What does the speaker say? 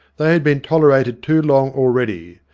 they had been tolerated too long already.